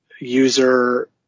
user